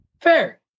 fair